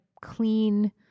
clean